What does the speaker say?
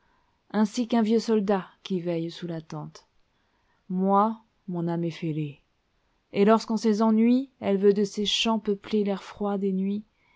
ainsi qu'un vieux soldat qui veille sous la tentai mpi mon âme est fêlée et lorsqu'on ses ennui elle veut de ses chants peupler l'air froid des nuits